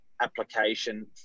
application